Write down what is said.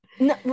No